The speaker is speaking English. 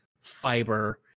fiber